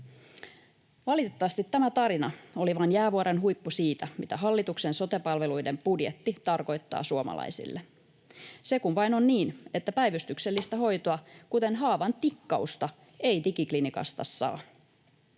Valitettavasti tämä tarina oli vain jäävuoren huippu siitä, mitä hallituksen sote-palveluiden budjetti tarkoittaa suomalaisille. Se kun vain on niin, että päivystyksellistä hoitoa, kuten haavan tikkausta, ei digiklinikasta saa.